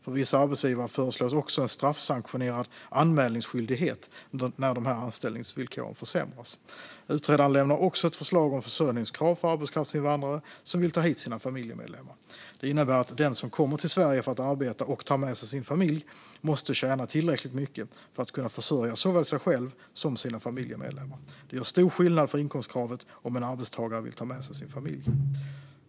För vissa arbetsgivare föreslås också en straffsanktionerad anmälningsskyldighet när anställningsvillkoren försämras. Utredaren lämnar också ett förslag om försörjningskrav för arbetskraftsinvandrare som vill ta hit sina familjemedlemmar. Det innebär att den som kommer till Sverige för att arbeta och tar med sig sin familj måste tjäna tillräckligt mycket för att kunna försörja såväl sig själv som sina familjemedlemmar. Det gör stor skillnad för inkomstkravet om en arbetstagare vill ta med sig sin familj.